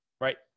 right